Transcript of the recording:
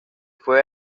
fue